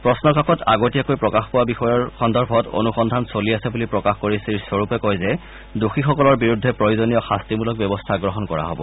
প্ৰশ্নকাকত আগতীয়াকৈ প্ৰকাশ পোৱা বিষয়ৰ সন্দৰ্ভত অনুসন্ধান চলি আছে বুলি প্ৰকাশ কৰি শ্ৰীস্বৰূপে কয় যে দোষীসকলৰ বিৰুদ্ধে প্ৰয়োজনীয় শাস্তিমূলক ব্যৱস্থা গ্ৰহণ কৰা হব